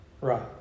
Right